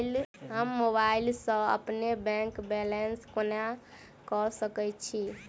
हम मोबाइल सा अपने बैंक बैलेंस केना देख सकैत छी?